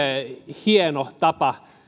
hieno tapa